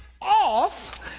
off